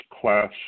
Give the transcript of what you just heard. class